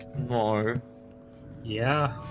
more yeah.